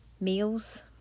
meals